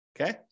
Okay